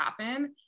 happen